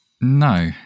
No